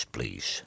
Please